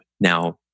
Now